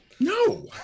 No